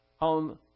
on